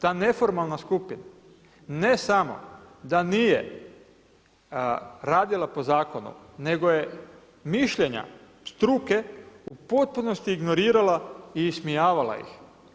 Ta neformalna skupina, ne samo da nije radila po zakonu, nego je mišljenja struke u potpunosti ignorirala i ismijavala ih.